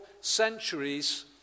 centuries